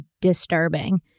disturbing